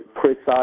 precise